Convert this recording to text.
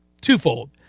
twofold